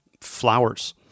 flowers